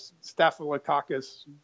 staphylococcus